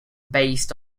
based